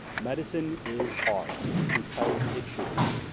medicine is hard because it should be.